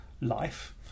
life